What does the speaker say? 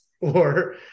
or-